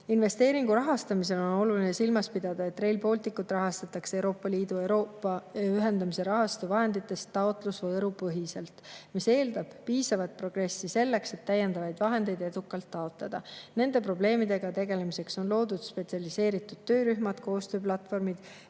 Investeeringu rahastamisel on oluline silmas pidada, et Rail Balticut rahastatakse Euroopa Liidu Euroopa ühendamise rahastu [ehk CEF-i] vahenditest taotlusvoorupõhiselt, mis eeldab piisavat progressi selleks, et täiendavaid vahendeid edukalt taotleda. Nende probleemidega tegelemiseks on loodud spetsialiseeritud töörühmad, koostööplatvormid